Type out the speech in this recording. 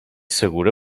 segura